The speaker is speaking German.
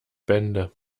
bände